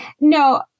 No